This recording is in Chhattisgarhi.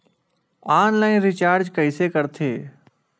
ऑनलाइन रिचार्ज कइसे करथे?